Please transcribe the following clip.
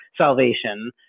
salvation